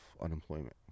unemployment